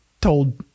told